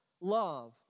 love